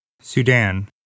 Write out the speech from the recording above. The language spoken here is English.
Sudan